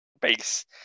base